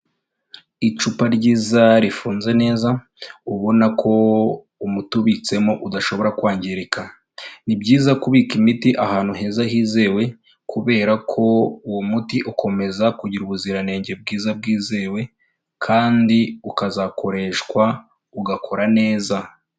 Icupa ryiza rifunze neza, ubona ko umuti ubitsemo udashobora kwangirika. Ni byiza kubika imiti ahantu heza hizewe, kubera ko uwo muti ukomeza kugira ubuziranenge bwiza, bwizewe, kandi ukazakoreshwa ugakora neza.